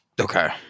Okay